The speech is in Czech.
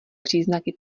příznaky